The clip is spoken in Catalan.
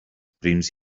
prims